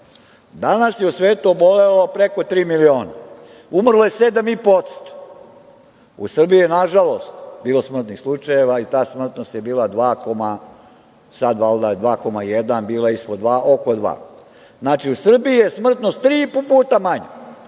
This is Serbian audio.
svetu. Danas je u svetu obolelo preko tri miliona, umrlo je 7,5%. U Srbiji je, nažalost, bilo smrtnih slučajeva i ta smrtnost je sada 2,1%, a bila je ispod dva, oko dva. Znači, u Srbiji je smrtnost tri i po puta manja